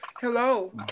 Hello